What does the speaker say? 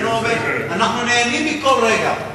אנחנו נהנים מכל רגע.